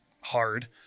hard